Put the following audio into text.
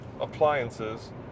appliances